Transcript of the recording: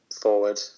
forward